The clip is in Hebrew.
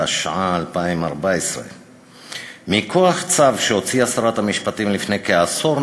התשע"ה 2014. מכוח צו שהוציאה שרת המשפטים לפני כעשור,